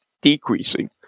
decreasing